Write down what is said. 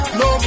no